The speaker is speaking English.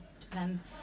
depends